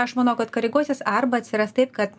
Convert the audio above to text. aš manau kad koreguosis arba atsiras taip kad